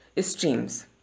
streams